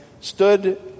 stood